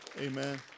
Amen